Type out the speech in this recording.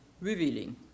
revealing